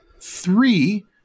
three